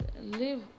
live